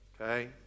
Okay